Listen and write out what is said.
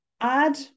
Add